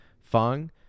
Fung